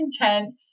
content